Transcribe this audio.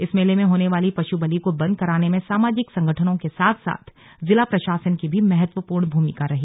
इस मेले में होने वाली पशु बलि को बंद कराने में सामाजिक संगठनों के साथ साथ जिला प्रशासन की भी महत्वपूर्ण भूमिका रही